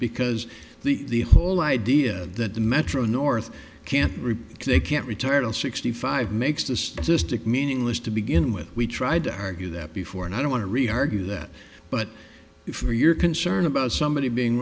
because the whole idea that the metro north can't report they can't retire at sixty five makes the statistic meaningless to begin with we tried to argue that before and i don't want to read argue that but for your concern about somebody being